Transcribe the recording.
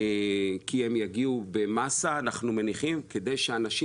כי אנחנו מניחים שהם יגיעו במסה כדי שאנשים